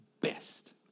best